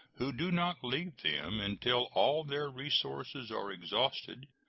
who do not leave them until all their resources are exhausted,